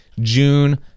June